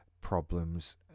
problems